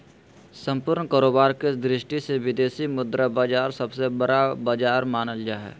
सम्पूर्ण कारोबार के दृष्टि से विदेशी मुद्रा बाजार सबसे बड़ा बाजार मानल जा हय